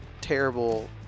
terrible